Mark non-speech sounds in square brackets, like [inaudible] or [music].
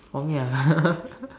for me ah [laughs]